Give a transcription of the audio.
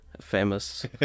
famous